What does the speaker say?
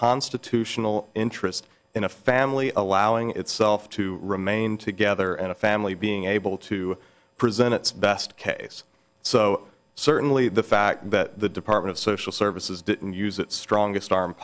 constitutional interest in a family allowing itself to remain together and a family being able to present its best case so certainly the fact that the department of social services didn't use its strongest arm